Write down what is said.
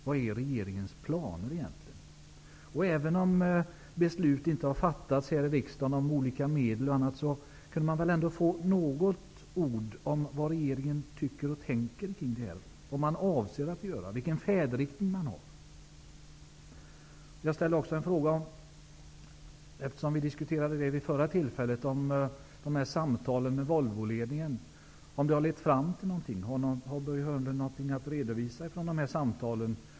Vilka är egentligen regeringens planer? Även om beslut inte har fattats här i riksdagen om olika medel t.ex., kunde väl ändå något ord yttras om vad regeringen tycker och tänker i det här sammanhanget, om vad man avser att göra eller om färdriktningen. Eftersom vi vid förra tillfället diskuterade samtalen med Volvoledningen, har jag frågat om dessa samtal lett någon vart. Har Börje Hörnlund något att redovisa från de här samtalen?